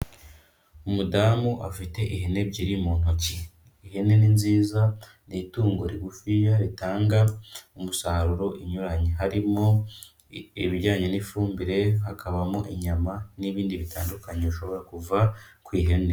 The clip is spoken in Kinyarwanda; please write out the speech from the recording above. Umudamu afite ihene ebyiri mu ntoki. Ihene ni nziza, ni itungo rigufiya ritanga umusaruro unyuranye, harimo ibijyanye n'ifumbire, hakabamo inyama n'ibindi bitandukanye bishobora kuva ku ihene.